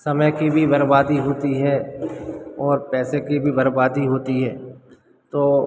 समय की भी बर्बादी होती है और पैसे की भी बर्बादी होती है तो